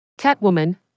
Catwoman